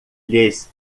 lhes